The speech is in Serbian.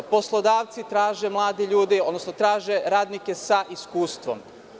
Poslodavci traže mlade ljude, odnosno traže radnike sa iskustvom.